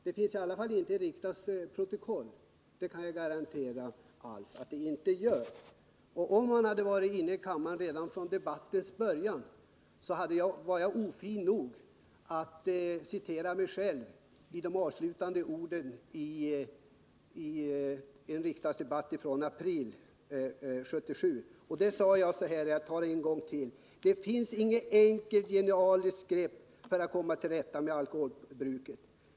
Det finns i alla fall inte uttryckt i riksdagens protokoll. Det kan jag garantera Alf Wennerfors att det inte gör. Om Alf Wennerfors hade varit inne i kammaren redan från debattens början, hade han hört att jag var ofin nog att citera mig själv i de avslutande orden från en riksdagsdebatt i april 1977. Jag upprepar vad jag då sade: Nr 54 ”Det finns inget enkelt genialiskt grepp för att komma till rätta med alkoholbruket.